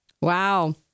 Wow